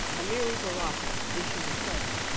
amiri baraka issued a call,